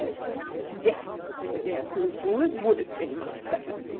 yes, said the absolute fool it would have been much better.